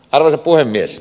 arvoisa puhemies